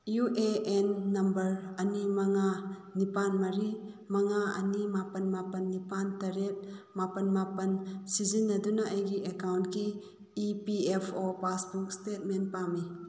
U A N number ꯑꯅꯤ ꯃꯉꯥ ꯅꯤꯄꯥꯜ ꯃꯔꯤ ꯃꯉꯥ ꯑꯅꯤ ꯃꯥꯄꯜ ꯃꯥꯄꯜ ꯅꯤꯄꯥꯜ ꯇꯔꯦꯠ ꯃꯥꯄꯜ ꯃꯥꯄꯜ ꯁꯤꯖꯤꯟꯅꯗꯨꯅ ꯑꯩꯒꯤ ꯑꯦꯀꯥꯎꯟꯒꯤ E P F O passbook statement ꯄꯥꯝꯃꯤ